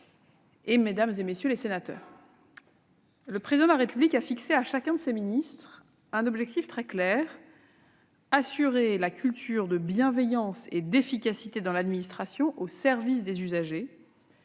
mesdames, messieurs les sénateurs, le Président de la République a fixé à chacun de ses ministres un objectif très clair : garantir la culture de la bienveillance et de l'efficacité dans l'administration au service des usagers,